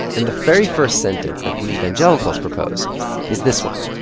and the very first sentence that the evangelicals propose is this one.